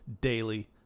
daily